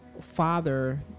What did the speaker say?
father